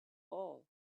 all